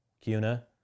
CUNA